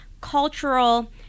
cultural